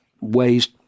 ways